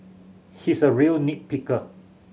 he's a real nit picker